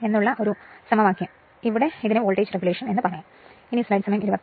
അതിനാൽ Re2 XE2 എക്സ്പ്രഷന് ഇതെല്ലാം അറിയാം ഇതിനെയാണ് വോൾട്ടേജ് റെഗുലേഷൻ എന്ന് വിളിക്കുന്നത്